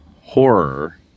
horror